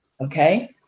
okay